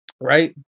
Right